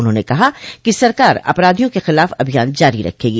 उन्होंने कहा कि सरकार अपराधियों के खिलाफ अभियान जारी रखेगी